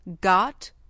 got